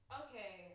okay